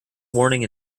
warning